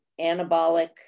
anabolic